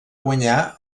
guanyar